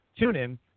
TuneIn